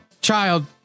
Child